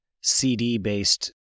CD-based